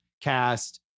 cast